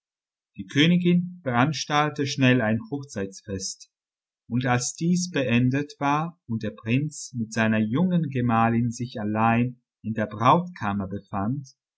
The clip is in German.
die königin veranstaltete schnell ein hochzeitsfest und als dies beendet war und der prinz mit seiner jungen gemahlin sich allein in der brautkammer befand